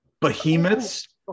behemoths